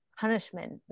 punishment